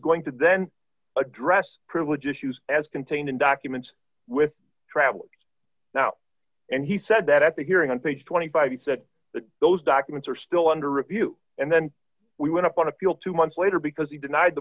going to then address privilege issues as contained in documents with travel now and he said that at the hearing on page twenty five he said that those documents are still under review and then we went up on appeal two months later because he denied the